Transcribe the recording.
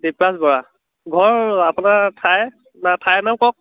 দ্বীপৰাজ বৰা ঘৰ আপোনাৰ ঠাই ঠাইৰ নাম কওক